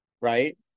Right